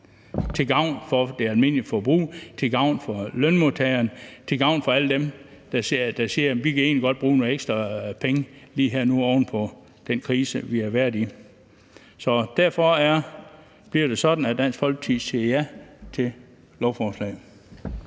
til gavn for det almindelige forbrug, til gavn for lønmodtageren, til gavn for alle dem, der siger: Vi kan egentlig godt bruge nogle ekstra penge lige her og nu oven på den krise, vi har været i. Derfor bliver det sådan, at Dansk Folkeparti siger ja til beslutningsforslaget.